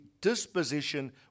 disposition